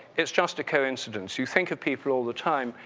it's just a coincidence. you think of people all the time.